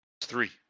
Three